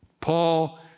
Paul